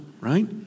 right